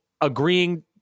agreeing